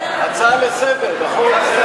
הצעה לסדר-היום, נכון?